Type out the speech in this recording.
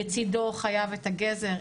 לצידו חייב את הגזר,